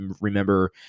remember